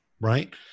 right